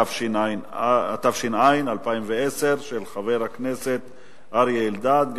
התש"ע 2010, של חבר הכנסת אריה אלדד.